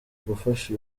gufasha